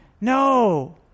no